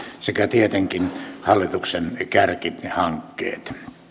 sekä tietenkin hallituksen kärkihankkeet